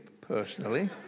personally